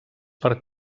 per